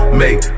make